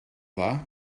dda